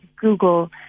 Google